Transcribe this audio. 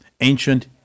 ancient